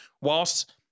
whilst